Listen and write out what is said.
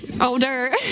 Older